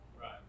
Right